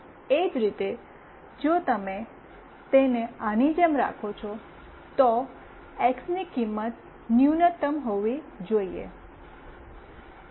એ જ રીતે જો તમે તેને આની જેમ રાખો છો તો એક્સ ની કિંમત ન્યૂનતમ હોવી જોઈએ